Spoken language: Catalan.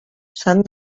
sang